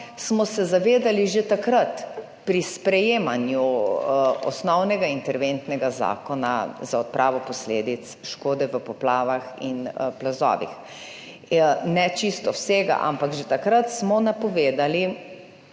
Smo se zavedali že takrat pri sprejemanju osnovnega interventnega zakona za odpravo posledic škode v poplavah in plazovih, ne čisto vsega, ampak že takrat smo napovedali,